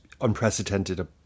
unprecedented